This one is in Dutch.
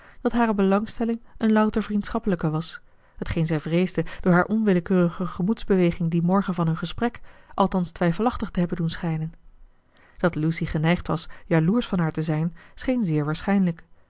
dat hare belangstelling een louter vriendschappelijke was t geen zij vreesde door haar onwillekeurige gemoedsbeweging dien morgen van hun gesprek althans twijfelachtig te hebben doen schijnen dat lucy geneigd was jaloersch van haar te zijn scheen zeer waarschijnlijk